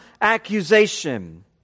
accusation